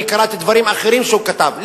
אני קראתי דברים אחרים שהוא כתב,